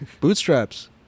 Bootstraps